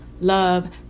love